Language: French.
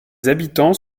habitants